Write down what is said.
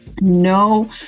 No